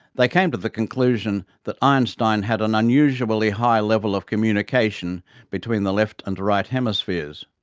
they came to the conclusion that einstein had an unusually high level of communication between the left and right hemispheres.